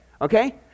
Okay